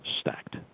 stacked